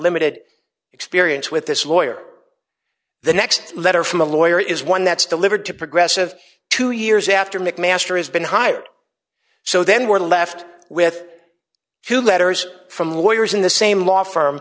limited experience with this lawyer the next letter from a lawyer is one that's delivered to progressive two years after mcmaster has been hired so then we're left with letters from lawyers in the same law firm